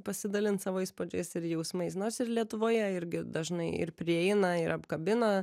pasidalint savo įspūdžiais ir jausmais nors ir lietuvoje irgi dažnai ir prieina ir apkabina